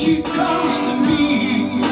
you know